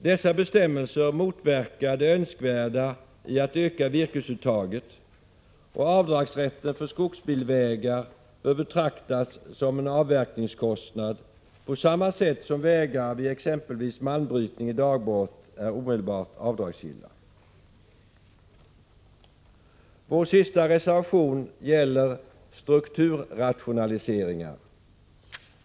Dessa bestämmelser motverkar den önskvärda ökningen av virkesuttaget, och avdragsrätten för skogsbilvägar bör betraktas som avverkningskostnad på samma sätt som vägkostnaderna vid exempelvis malmbrytning i dagbrott är omedelbart avdragsgilla. Vår sista reservation gäller strukturrationaliseringar.